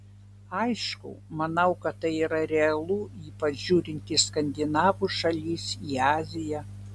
aišku manau kad tai yra realu ypač žiūrint į skandinavų šalis į aziją